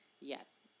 Yes